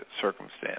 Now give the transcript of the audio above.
circumstance